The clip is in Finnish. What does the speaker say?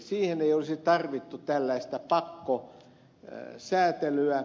siihen ei olisi tarvittu tällaista pakkosäätelyä